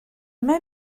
mae